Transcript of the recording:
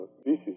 species